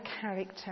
character